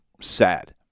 sad